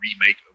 remake